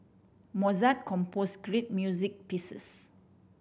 Mozart compose great music pieces